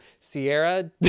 Sierra